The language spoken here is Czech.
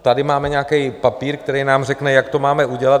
Tady máme nějaký papír, který nám řekne, jak to máme udělat.